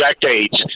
decades